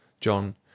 John